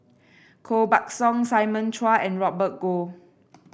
Koh Buck Song Simon Chua and Robert Goh